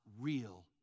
real